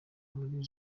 muri